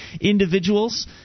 individuals